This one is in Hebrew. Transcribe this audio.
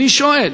אני שואל,